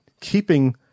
keeping